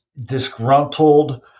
Disgruntled